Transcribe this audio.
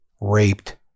raped